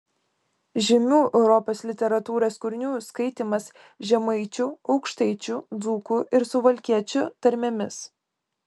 žymių europos literatūros kūrinių skaitymas žemaičių aukštaičių dzūkų ir suvalkiečių tarmėmis